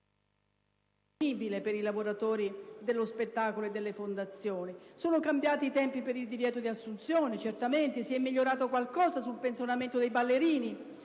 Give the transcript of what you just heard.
per i lavoratori dello spettacolo e delle fondazioni. Sono cambiati i tempi per il divieto di assunzione; certamente, si è migliorato qualcosa in merito al pensionamento dei ballerini.